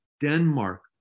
Denmark